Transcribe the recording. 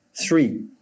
three